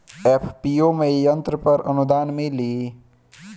FPO में यंत्र पर आनुदान मिँली?